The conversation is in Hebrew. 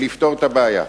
ולפתור את הבעיה.